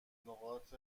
نقاط